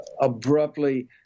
abruptly